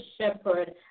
shepherd